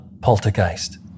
poltergeist